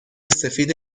سفید